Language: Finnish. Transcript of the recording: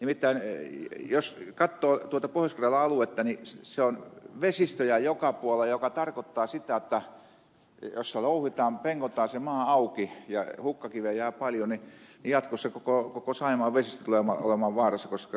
nimittäin jos katsoo pohjois karjalan aluetta siellä on vesistöjä joka puolella mikä tarkoittaa sitä jotta jos siellä louhitaan pengotaan se maa auki ja hukkakiveä jää paljon niin jatkossa koko saimaan vesistö tulee olemaan vaarassa koska tulee valumia